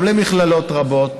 גם למכללות רבות.